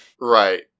Right